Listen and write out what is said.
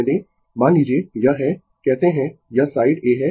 मान लीजिए यह है कहते है यह साइड A है और यह साइड B है